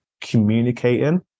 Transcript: communicating